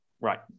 right